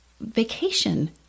vacation